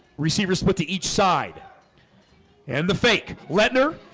receiver split to each side and the fake letner.